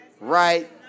right